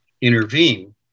intervene